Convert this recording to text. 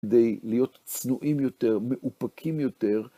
כדי להיות צנועים יותר, מאופקים יותר.